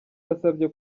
yasabye